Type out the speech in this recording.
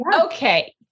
Okay